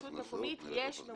רשות מקומית יש ממונה גבייה משלה.